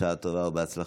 בשעה טובה ובהצלחה,